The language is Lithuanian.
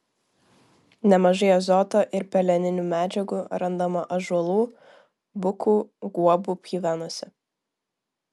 nemažai azoto ir peleninių medžiagų randama ąžuolų bukų guobų pjuvenose